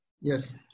Yes